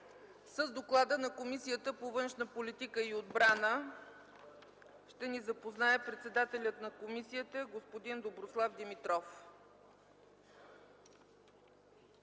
С доклада на Комисията по външна политика и отбрана ще ни запознае председателят на комисията господин Доброслав Димитров.